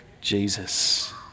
Jesus